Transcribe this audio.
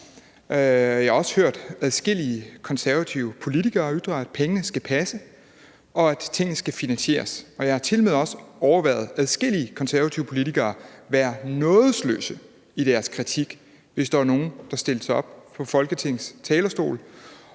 Jeg har også hørt adskillige konservative politikere ytre, at pengene skal passe, og at tingene skal finansieres. Jeg har tilmed også overværet adskillige konservative politikere være nådesløse i deres kritik, hvis der var nogen, der stillede sig op på Folketingets talerstol